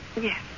yes